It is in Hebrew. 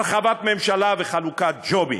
הרחבת הממשלה וחלוקת ג'ובים.